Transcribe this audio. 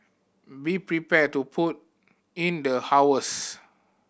be prepared to put in the hours